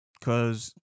cause